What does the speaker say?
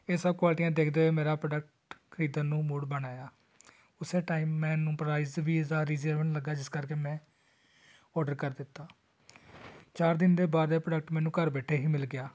ਇਹ ਸਭ ਕੁਆਲਟੀਆਂ ਦੇਖਦੇ ਹੋਏ ਮੇਰਾ ਪ੍ਰੋਡਕਟ ਖਰੀਦਣ ਨੂੰ ਮੂਡ ਬਣ ਆਇਆ ਉਸ ਟਾਈਮ ਮੈਨੂੰ ਪ੍ਰਾਈਜ ਵੀ ਇਸ ਦਾ ਰੀਜੇਬਲ ਲੱਗਾ ਜਿਸ ਕਰਕੇ ਮੈਂ ਔਡਰ ਕਰ ਦਿੱਤਾ ਚਾਰ ਦਿਨ ਦੇ ਬਾਅਦ ਇਹ ਪ੍ਰੋਡਕਟ ਮੈਨੂੰ ਘਰ ਬੈਠੇ ਹੀ ਮਿਲ ਗਿਆ